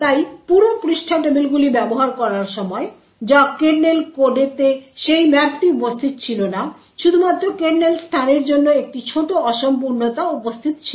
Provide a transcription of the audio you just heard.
তাই পুরো পৃষ্ঠা টেবিলগুলি ব্যবহার করার সময় যা কার্নেল কোডেতে সেই ম্যাপটি উপস্থিত ছিল না শুধুমাত্র কার্নেল স্থানের জন্য একটি ছোট অসম্পূর্ণতা উপস্থিত ছিল